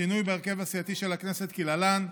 שינוי בהרכב הסיעתי של הכנסת כלהלן: